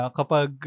kapag